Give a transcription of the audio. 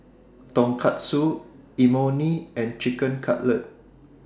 Tonkatsu Imoni and Chicken Cutlet